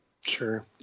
Sure